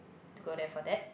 to go there for that